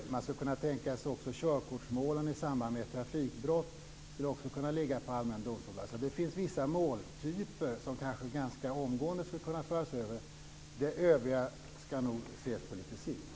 Man skulle också kunna tänka sig att körkortsmålen i samband med trafikbrott låg på de allmänna domstolarna. Det finns vissa måltyper som kanske ganska omgående skulle kunna föras över. Det övriga ska nog ses på lite sikt.